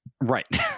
Right